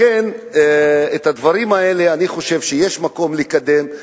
לכן את הדברים האלה אני חושב שיש מקום לקדם.